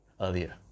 earlier